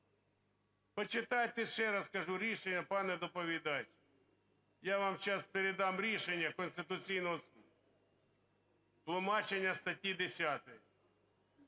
Почитайте, ще раз кажу, рішення, пане доповідач. Я вам сейчас передам рішення Конституційного Суду, тлумачення статті 10.